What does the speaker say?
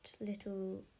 little